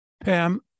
Pam